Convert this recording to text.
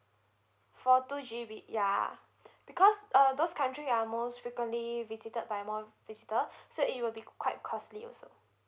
for two G_B ya because uh those country are most frequently visited by more visitor so it will be quite costly also